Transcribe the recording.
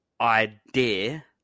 idea